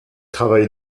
travaille